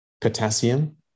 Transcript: potassium